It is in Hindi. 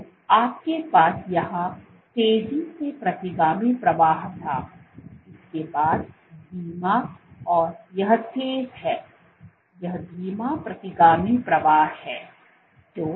तो आपके पास यहां तेजी से प्रतिगामी प्रवाह था इसके बाद धीमा और यह तेज है यह धीमा प्रतिगामी प्रवाह है